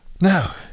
Now